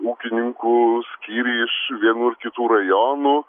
ūkininkų skyriai iš vienų ir kitų rajonų